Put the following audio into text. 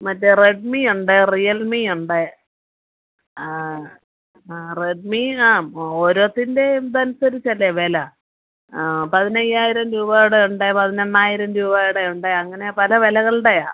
മറ്റേ റെഡ്മിയുണ്ട് റിയൽമിയുണ്ട് ആ ആ റെഡ്മി ആ ഓരോത്തിൻ്റെ ഇതനുസരിച്ചല്ലേ വില ആ പതിനയ്യായിരം രൂപയുടെ ഉണ്ട് പതിനെണ്ണായിരം രൂപയുടെ ഉണ്ട് അങ്ങനെ പല വിലകളുടെയാണ്